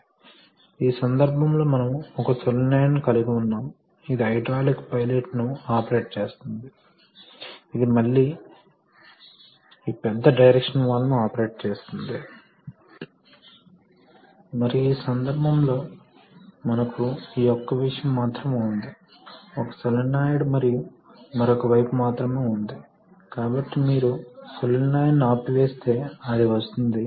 reservoir లో ప్రవేశించిన గాలి బుడగలు తొలగించబడతాయి మరియు ప్రవేశించిన గాలి బుడగలు తొలగించడం చాలా ముఖ్యం ఎందుకంటే మీకు ద్రవం ఉంటే మరియు మీరు గాలి బుడగలు కలిగి ఉంటే అప్పుడు ద్రవం ఖచ్చితంగా కంప్రెస్ అవుతుంది ఎందుకంటే మీరు ద్రవానికి ప్రెషర్ ని వర్తింపజేస్తే గాలి బుడగలు కుదించబడుతుంది మరియు అందువల్ల ద్రవం కూడా కుదించబడుతుంది